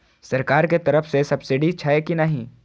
सरकार के तरफ से सब्सीडी छै कि नहिं?